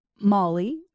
Molly